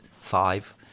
five